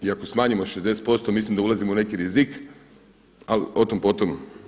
I ako smanjimo 60% mislim da ulazimo u neki rizik, ali o tom, po tom.